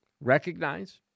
Recognize